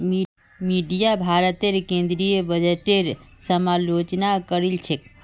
media भारतेर केंद्रीय बजटेर समालोचना करील छेक